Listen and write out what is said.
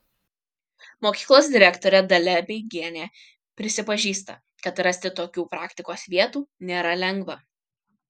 mokyklos direktorė dalia beigienė prisipažįsta kad rasti tokių praktikos vietų nėra lengva